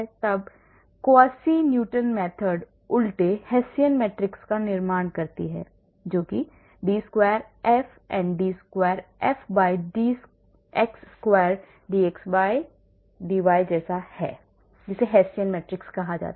तब Quasi newton method उलटे Hessian matrix का निर्माण करती है जो कि d square f and d square fd x square dx dy जैसा है जिसे Hessian मैट्रिक्स कहा जाता है